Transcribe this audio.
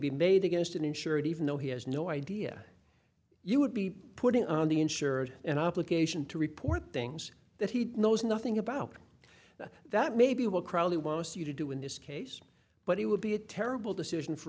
be made against an insurer even though he has no idea you would be putting on the insured an obligation to report things that he knows nothing about that may be what crowley wants you to do in this case but it would be a terrible decision for